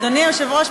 אדוני היושב-ראש,